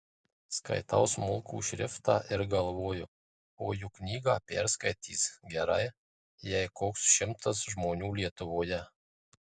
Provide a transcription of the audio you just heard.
skaitau smulkų šriftą ir galvoju o juk knygą perskaitys gerai jei koks šimtas žmonių lietuvoje